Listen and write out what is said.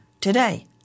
today